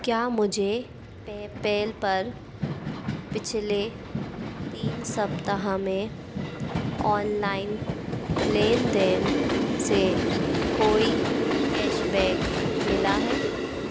क्या मुझे पेपैल पर पिछले तीन सप्ताह में ऑनलाइन लेन देन से कोई कैशबैक मिला है